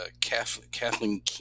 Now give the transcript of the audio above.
Kathleen